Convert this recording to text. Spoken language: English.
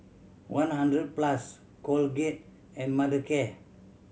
one Hundred Plus Colgate and Mothercare